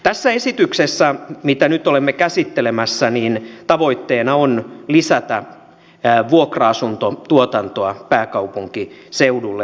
tässä esityksessä mitä nyt olemme käsittelemässä tavoitteena on lisätä vuokra asuntotuotantoa pääkaupunkiseudulle erityisesti